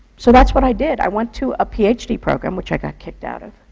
so that's what i did. i went to a ph d. program, which i got kicked out of,